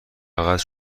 فقط